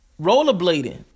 rollerblading